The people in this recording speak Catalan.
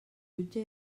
jutge